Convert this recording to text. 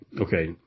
okay